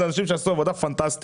אלה אנשים שעשו עבודה פנטסטית.